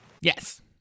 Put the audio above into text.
yes